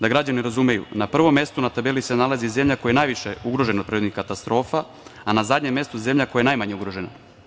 Da građani razumeju, na prvom mestu na tabeli se nalazi zemlja koja je najviše ugrožena od prirodnih katastrofa, a na zadnjem mestu zemlja koja je najmanje ugrožena.